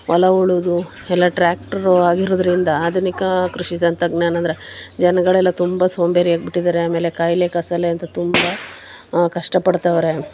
ಹೊಲ ಉಳುದು ಎಲ್ಲ ಟ್ರ್ಯಾಕ್ಟ್ರರು ಆಗಿರೋದ್ರಿಂದ ಆಧುನಿಕ ಕೃಷಿ ತಂತ್ರಜ್ಞಾನಂದ್ರೆ ಜನಗಳೆಲ್ಲ ತುಂಬ ಸೋಂಬೇರಿ ಆಗಿಬಿಟ್ಟಿದಾರೆ ಆಮೇಲೆ ಕಾಯಿಲೆ ಕಸಾಲೆ ಅಂತ ತುಂಬ ಕಷ್ಟಪಡ್ತವ್ರೆ